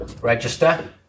register